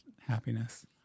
happiness